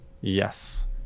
Yes